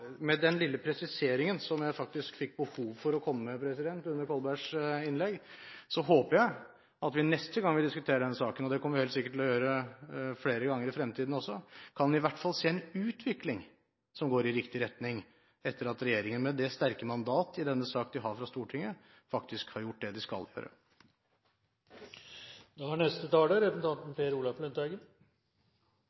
Med den lille presiseringen som jeg fikk behov for å komme med under Kolbergs innlegg, håper jeg at neste gang vi diskuterer denne saken, og det kommer vi helt sikkert til å gjøre flere ganger i fremtiden, i hvert fall ser en utvikling som går i riktig retning etter at regjeringen, med det sterke mandat de har fra Stortinget i denne saken, faktisk har gjort det de skal